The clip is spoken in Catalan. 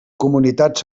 comunitats